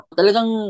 talagang